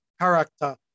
character